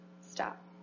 Stop